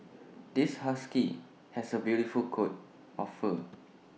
this husky has A beautiful coat of fur